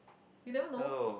you never know